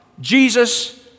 Jesus